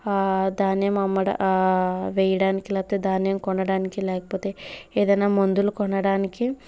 ధాన్యం అమ్మడానికి వెయ్యడానికి లేకపోతే ధాన్యం కొనడానికి లేకపోతే ఏదైనా మందులు కొనడానికి